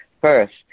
First